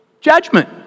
judgment